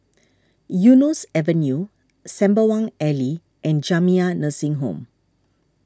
Eunos Avenue Sembawang Alley and Jamiyah Nursing Home